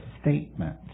statement